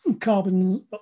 carbon